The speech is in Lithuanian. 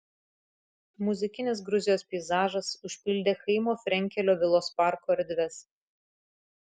muzikinis gruzijos peizažas užpildė chaimo frenkelio vilos parko erdves